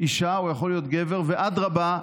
אישה או יכול להיות גבר, ואדרבה,